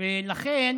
לכן